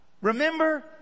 Remember